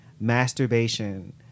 masturbation